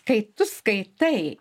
kai tu skaitai